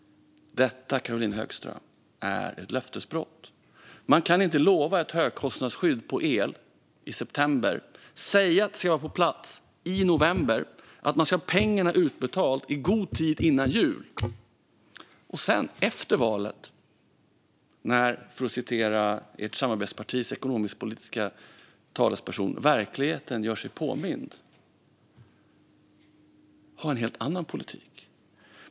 Detta, Caroline Högström, är ett löftesbrott. Man lovar ett högkostnadsskydd på el i september, säger att det ska vara på plats i november och att man ska ha pengarna utbetalda i god tid innan jul. Sedan efter valet, för att citera ert samarbetspartis ekonomisk-politiska talesperson, gör sig verkligheten påmind. Då har man en helt annan politik.